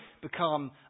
become